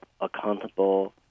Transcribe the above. accountable